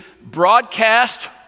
broadcast